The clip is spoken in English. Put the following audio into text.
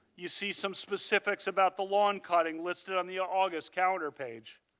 you see some specifics about the long cutting listed on the ah august calendar page.